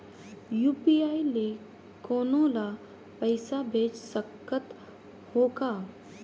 UPI ले कोनो ला पइसा भेज सकत हों का?